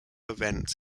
event